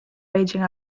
raging